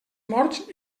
morts